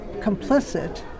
complicit